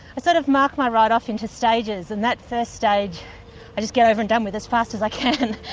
i sort of mark my ride off into stages and that first stage i just get over and done with as fast as i can